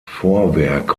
vorwerk